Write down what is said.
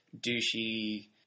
douchey